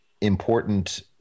important